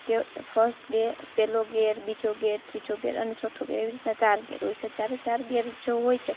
કે first gear પેલો ગેર બીજો ગેર ત્રીજો ગેર અને ચોથો ગેર એવી રીતના ચાર ગેર હોય છે ચારે ચાર ગેર જો હોય છે